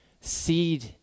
seed